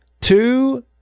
Two